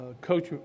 coach